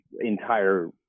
entire